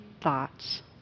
thoughts